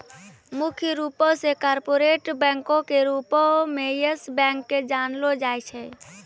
मुख्य रूपो से कार्पोरेट बैंको के रूपो मे यस बैंक के जानलो जाय छै